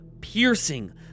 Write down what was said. piercing